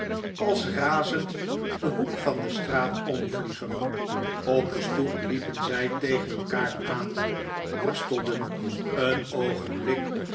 als razend den hoek van de straat omvliegen op de stoep liepen zij tegen elkaar aan worstelden een oogenblik